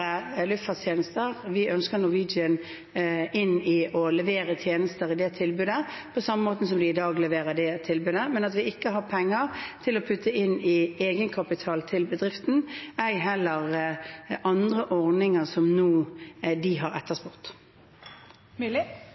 luftfartstjenester, og at vi ønsker at Norwegian leverer tjenester i det tilbudet, på samme måte som de i dag leverer det tilbudet, men at vi ikke har penger å putte inn i egenkapital til bedriften, ei heller andre ordninger som de nå har etterspurt. Sverre Myrli